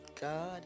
God